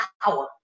power